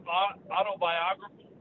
autobiography